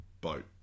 boat